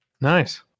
Nice